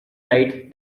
light